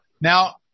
now